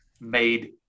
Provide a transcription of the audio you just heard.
made